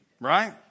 Right